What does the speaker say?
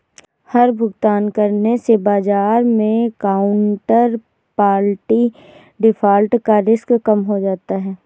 हर भुगतान करने से बाजार मै काउन्टरपार्टी डिफ़ॉल्ट का रिस्क कम हो जाता है